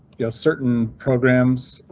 you know certain programs.